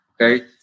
okay